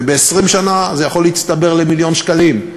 וב-20 שנה זה יכול להצטבר למיליון שקלים.